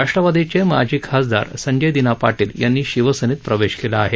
राष्ट्रवादीचे माजी खासदार संजय दिना पाटील यांनी शिवसेनेत प्रवेश केला आहे